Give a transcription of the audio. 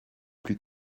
plus